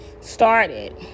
started